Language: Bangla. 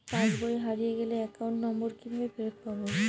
পাসবই হারিয়ে গেলে অ্যাকাউন্ট নম্বর কিভাবে ফেরত পাব?